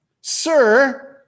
sir